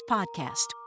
Podcast